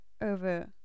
over